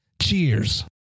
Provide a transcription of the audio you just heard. Cheers